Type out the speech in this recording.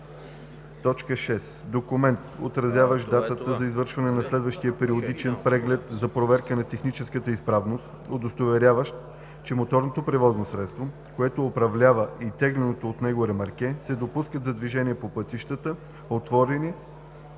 така: „6. документ, отразяващ датата за извършване на следващия периодичен преглед за проверка на техническата изправност, удостоверяващ, че моторното превозно средство, което управлява и тегленото от него ремарке, се допускат за движение по пътищата, отворени